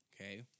okay